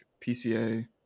PCA